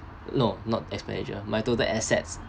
no not expenditure my total assets